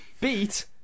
beat